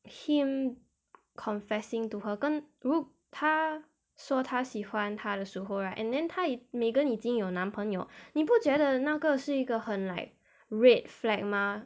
him confessing to her 跟如他说他喜欢她的时候 right and then 她 megan 已经有男朋友你不觉得那个是一个很 like red flag 吗